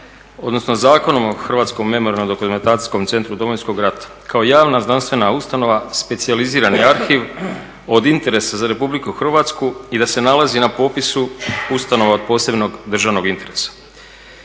odnosno Zakonom o Hrvatskom memorijalnom dokumentacijskom centru Domovinskog rata kao javna znanstvena ustanova specijalizirani arhiv od interesa za Republiku Hrvatsku i da se nalazi na popisu ustanova od posebnog državnog interesa.